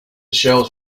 shelves